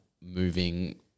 moving